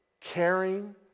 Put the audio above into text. caring